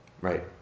Right